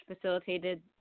facilitated